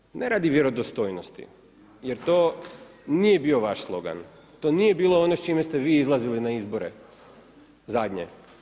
Trebali ste, ne radi vjerodostojnosti, jer to nije bio vaš slogan, to nije bilo ono s čime ste vi izlazili na izbore, zadnje.